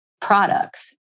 products